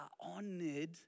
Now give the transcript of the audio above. honored